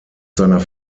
seiner